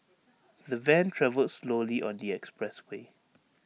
the van travelled slowly on the expressway